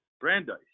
Brandeis